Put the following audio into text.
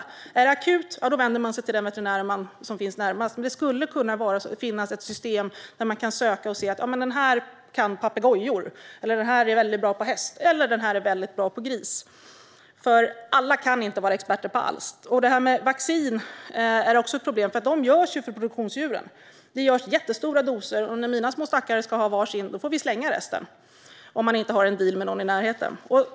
Är det akut vänder man sig till den veterinär som finns närmast, men det skulle kunna finnas ett system där man kunde söka och se: Den här kan papegojor, den här är väldigt bra på hästar, den här är väldigt bra på grisar. Alla kan inte vara experter på allt. Vacciner är också ett problem. De görs ju för produktionsdjuren. Det görs jättestora doser. När mina små stackare ska ha var sin får vi slänga resten. Annars får man ha en deal med någon i närheten.